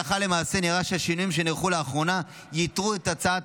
הלכה למעשה נראה שהשינויים שנערכו לאחרונה ייתרו את הצעת